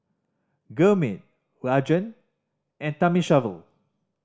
Gurmeet Rajan and Thamizhavel